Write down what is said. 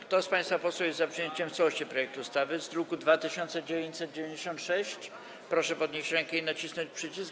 Kto z państwa posłów jest za przyjęciem w całości projektu ustawy z druku nr 2996, proszę podnieść rękę i nacisnąć przycisk.